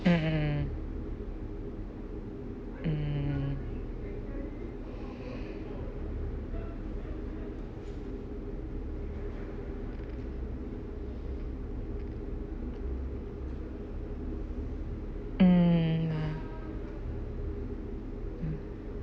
mm mm mm mm mm ya mm